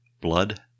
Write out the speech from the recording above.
blood